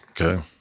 Okay